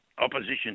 opposition